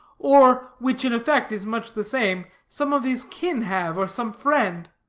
or, which in effect is much the same, some of his kin have, or some friend.